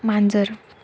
मांजर